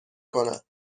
کند